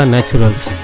Naturals